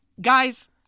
guys